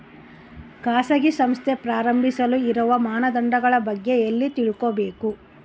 ಖಾಸಗಿ ಸಂಸ್ಥೆ ಪ್ರಾರಂಭಿಸಲು ಇರುವ ಮಾನದಂಡಗಳ ಬಗ್ಗೆ ಎಲ್ಲಿ ತಿಳ್ಕೊಬೇಕು?